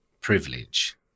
privilege